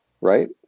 Right